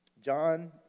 John